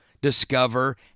discover